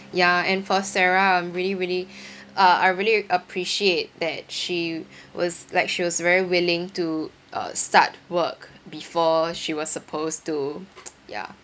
ya and for sarah I'm really really uh I really appreciate that she was like she was very willing to uh start work before she was supposed to ya